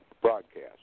broadcast